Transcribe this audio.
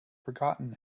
forgotten